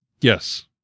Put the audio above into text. Yes